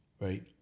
right